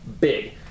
big